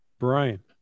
Brian